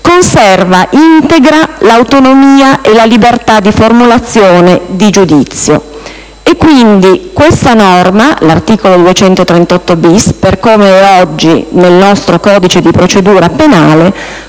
conservi integra l'autonomia e la libertà di formulazione di giudizio. Quindi, questa norma, l'articolo 238-*bis* per come è oggi nel nostro codice di procedura penale,